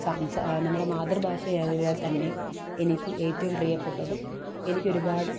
സംസാ നമ്മുടെ മാതൃ ഭാഷ ആയതിനാൽ തന്നെ എനിക്ക് ഏറ്റവും പ്രിയപ്പെട്ടതും എനിക്കൊരുപാട്